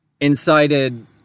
incited